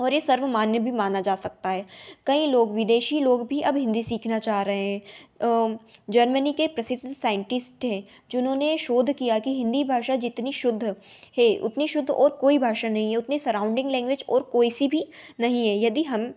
और यह सर्वमान्य भी माना जा सकता है कई लोग विदेशी लोग भी अब हिन्दी सीखना चाह रहे हें जर्मनी के प्रसिद्ध साइंटिस्ट हैं जिन्होंने शोध किया कि हिन्दी भाषा जितनी शुद्ध है उतनी शुद्ध और कोई भाषा नहीं है उतनी सराउन्डिंग लैंग्वेज ओर कोई सी भी नही है यदि हम